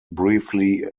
briefly